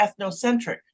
ethnocentric